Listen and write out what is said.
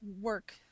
work